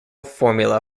formula